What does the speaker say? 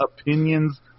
opinions